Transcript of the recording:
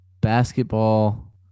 basketball